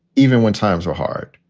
even when times are hard,